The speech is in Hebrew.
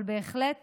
אבל זה בהחלט